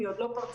היא עוד לא פרצה.